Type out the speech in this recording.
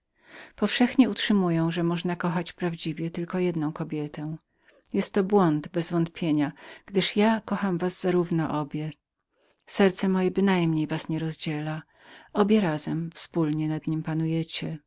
powszechnie utrzymują że nie można kochać prawdziwie jak tylko jedną kobietę jest to błąd bezwątpienia gdyż ja kocham was obie zarówno serce moje bynajmniej was nie rozdziela obie razem wspólnie nad niem panujecie